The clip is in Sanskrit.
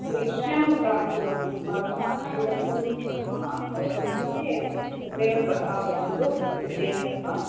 लक्ष्यं प्राप्तुम् अस्माभिः सहाय्यं कर्तुं शक्नुमः भवति निश्चयेन तत्रैव श्रद्धा कुर्वन्तु निश्चयेन सह